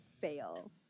fail